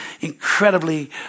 incredibly